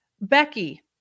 becky